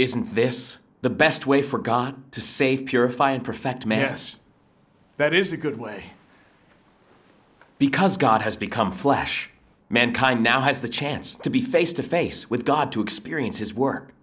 isn't this the best way for god to save purify and perfect mess that is a good way because god has become flesh mankind now has the chance to be face to face with god to experience his work